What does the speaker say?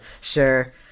Sure